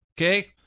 Okay